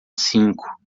cinco